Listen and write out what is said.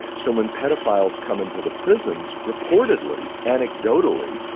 so when paedophiles come into the prisons, reportedly, anecdotally,